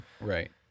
Right